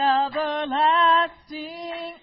everlasting